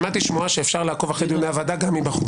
שמעתי שמועה שאפשר לעקוב אחרי דיוני הוועדה גם מבחוץ.